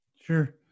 Sure